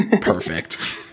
Perfect